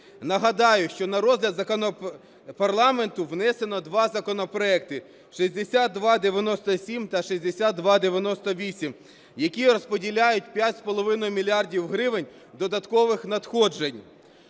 Нагадаю, що на розгляд парламенту внесено два законопроекти 6297 та 6298, які розподіляють 5,5 мільярда гривень додаткових надходжень.